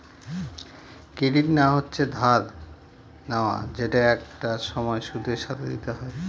credit নেওয়া হচ্ছে ধার নেওয়া যেটা একটা সময় সুদের সাথে দিতে হয়